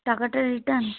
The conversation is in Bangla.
টাকাটা রিটার্ন